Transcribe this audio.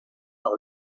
par